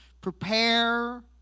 Prepare